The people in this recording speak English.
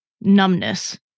numbness